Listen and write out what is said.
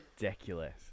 Ridiculous